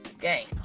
game